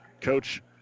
Coach